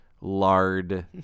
lard